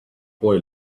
boy